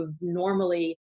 normally